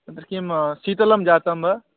तत्र किं शीतलं जातं वा